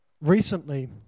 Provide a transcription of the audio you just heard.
recently